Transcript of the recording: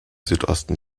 südosten